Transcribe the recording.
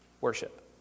worship